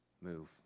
move